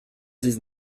dix